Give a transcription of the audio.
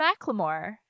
McLemore